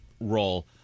role